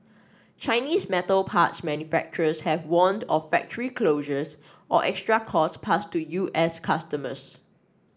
Chinese metal parts manufacturers have warned of factory closures or extra cost passed to U S customers